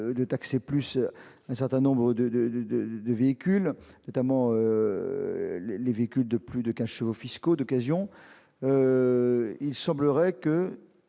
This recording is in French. de taxer plus un certain nombre de véhicules, notamment les véhicules de plus de 15 chevaux fiscaux d'occasion. Il nous semble que